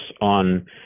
on